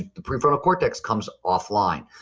the prefrontal cortex comes offline.